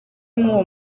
n’uwo